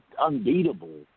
unbeatable